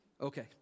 okay